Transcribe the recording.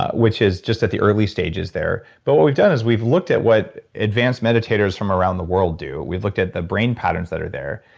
which is just at the early stages there. but what we've done is we've looked at what advanced meditators from around the world do. we've looked at the brain patterns that are there.